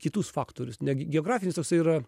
kitus faktorius ne geografinis toksai yra